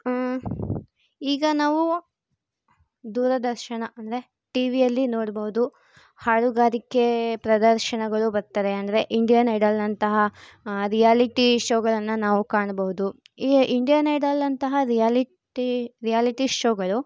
ಈಗ ನಾವು ದೂರದರ್ಶನ ಅಂದರೆ ಟಿ ವಿಯಲ್ಲಿ ನೋಡ್ಬೋದು ಹಾಡುಗಾರಿಕೆ ಪ್ರದರ್ಶನಗಳು ಬರ್ತಾರೆ ಅಂದರೆ ಇಂಡಿಯನ್ ಐಡಲ್ನಂತಹ ರಿಯಾಲಿಟಿ ಶೋಗಳನ್ನು ನಾವು ಕಾಣ್ಬೋದು ಈ ಇಂಡಿಯನ್ ಐಡಲ್ ಅಂತಹ ರಿಯಾಲಿಟಿ ರಿಯಾಲಿಟಿ ಶೋಗಳು